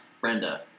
Brenda